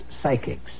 psychics